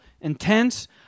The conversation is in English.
intense